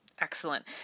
Excellent